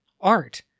art